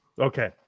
Okay